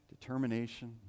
determination